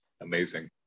amazing